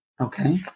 Okay